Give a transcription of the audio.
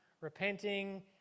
repenting